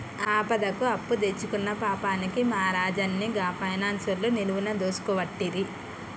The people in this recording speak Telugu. ఆపదకు అప్పుదెచ్చుకున్న పాపానికి మా రాజన్ని గా పైనాన్సోళ్లు నిలువున దోసుకోవట్టిరి